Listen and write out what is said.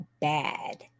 bad